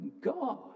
God